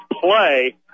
play